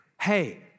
hey